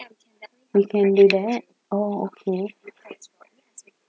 we can do that oh okay